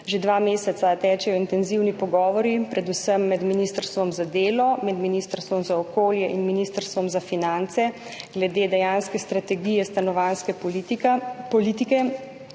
Že dva meseca tečejo intenzivni pogovori predvsem med ministrstvom za delo, ministrstvom za okolje in ministrstvom za finance glede dejanske strategije stanovanjske politike,